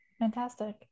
Fantastic